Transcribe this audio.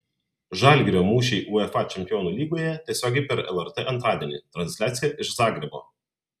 žalgirio mūšiai uefa čempionų lygoje tiesiogiai per lrt antradienį transliacija iš zagrebo